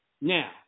Now